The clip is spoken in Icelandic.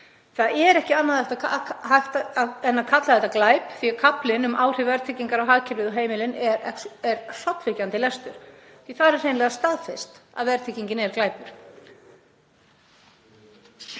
Það er ekki annað hægt en að kalla þetta glæp því að kaflinn um áhrif verðtryggingar á hagkerfið og heimilin er hrollvekjandi lestur því þar er hreinlega staðfest að verðtryggingin er glæpur.